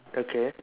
okay